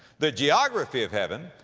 the geography of heaven,